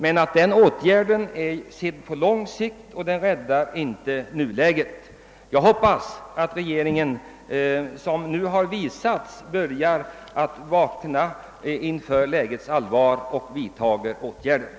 Den kommer emellertid att ta lång tid och räddar inte situationen just nu. Jag hoppas att regeringen, som nu börjat vakna, inser lägets allvar, och snabbt vidtar åtgärder.